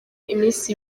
iminsi